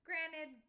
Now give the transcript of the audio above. Granted